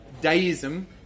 deism